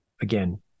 again